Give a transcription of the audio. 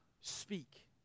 speak